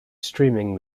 streaming